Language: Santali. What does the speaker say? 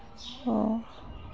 ᱦᱚᱸ